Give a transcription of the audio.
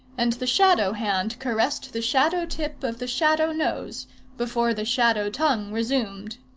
and the shadow-hand caressed the shadow-tip of the shadow-nose, before the shadow-tongue resumed.